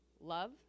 Love